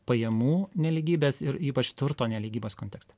pajamų nelygybės ir ypač turto nelygybės kontekstą